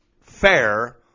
fair